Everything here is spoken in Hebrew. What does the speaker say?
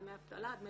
דמי אבטלה,